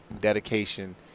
dedication